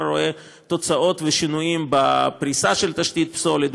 רואה תוצאות ושינויים בפריסה של תשתית הפסולת,